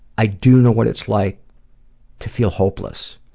i do know what it's like to feel hopeless.